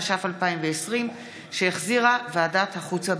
התש"ף 2020 שהחזירה ועדת החוץ והביטחון.